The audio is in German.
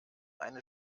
eine